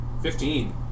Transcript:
fifteen